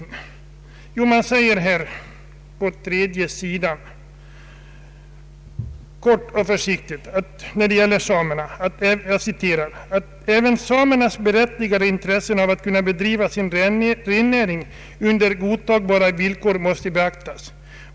Jo, helt kort: ”Även samernas berättigade intressen av att kunna bedriva sin rennäring under godtagbara villkor måste beaktas.